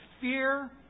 fear